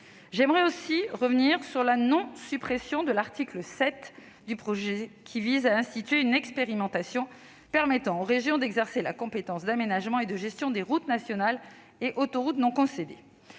J'aimerais revenir sur la non-suppression de l'article 7 du projet de loi, qui institue une expérimentation permettant aux régions d'exercer la compétence d'aménagement et de gestion des routes nationales et autoroutes non concédées.